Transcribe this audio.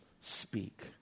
speak